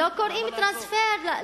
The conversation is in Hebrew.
לא קוראים טרנספר,